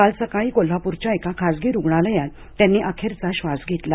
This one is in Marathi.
काल सकाळी कोल्हापूरच्या एका खासगी रुग्णालयात त्यांनी अखेरचा श्वास घेतला